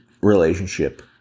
relationship